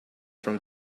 from